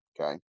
okay